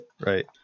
Right